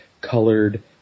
colored